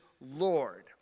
Lord